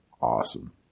awesome